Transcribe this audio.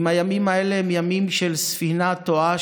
אם הימים האלה הם ימים של ספינה תועה,